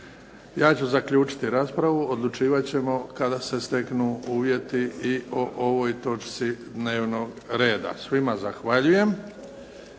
Ja ću zaključiti raspravu. Odlučivat ćemo kad se steknu uvjeti i ovoj točci dnevnog reda. Svima zahvaljujem.